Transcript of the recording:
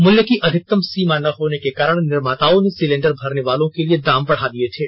मूल्य की अधिकतम सीमा न होने के कारण निर्माताओं ने सिलेंडर भरवाने वालों के लिए दाम बढ़ा दिए थे